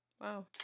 Wow